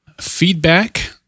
feedback